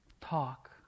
talk